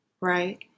right